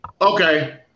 Okay